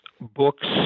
books